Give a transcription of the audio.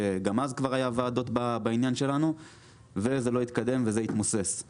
כשגם אז כבר היו ועדות בעניין שלנו וזה לא התקדמם והתמוסס.